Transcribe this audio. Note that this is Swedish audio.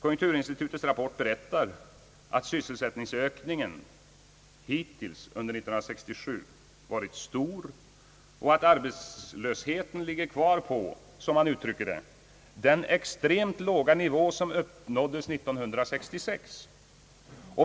Konjunkturinstitutets rapport berättar att sysselsättningsökningen hittills under 1967 varit stor och att arbetslösheten ligger kvar på, som man uttrycker det, »den extremt låga nivå som uppnåddes 1966».